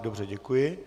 Dobře děkuji.